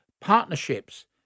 partnerships